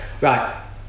right